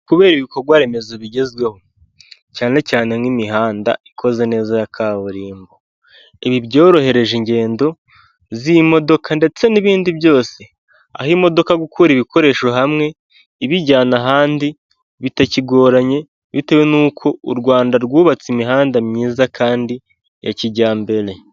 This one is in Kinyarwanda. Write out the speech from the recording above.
Kubera ibikorwa remezo bigezweho, cyane cyane nk'imihanda ikoze neza ya kaburimbo. Ibi byorohereje ingendo z'imodoka ndetse n'ibindi byose, aho imodoka gukura ibikoresho hamwe ibijyana ahandi bitakigoranye, bitewe n'uko u Rwanda rwubatse imihanda myiza kandi ya kijyambere.